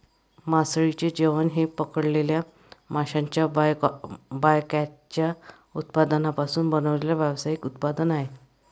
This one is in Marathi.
मासळीचे जेवण हे पकडलेल्या माशांच्या बायकॅचच्या उत्पादनांपासून बनवलेले व्यावसायिक उत्पादन आहे